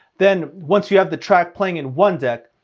then once you have the track playing in one deck,